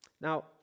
Now